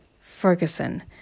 Ferguson